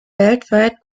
weltweit